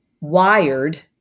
wired